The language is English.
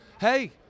hey